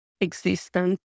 existence